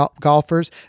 golfers